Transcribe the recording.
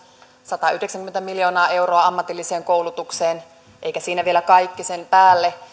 satayhdeksänkymmentä miljoonaa euroa ammatilliseen koulutukseen eikä siinä vielä kaikki sen päälle